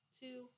two